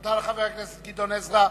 תודה לחבר הכנסת גדעון עזרא.